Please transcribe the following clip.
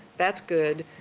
that's good,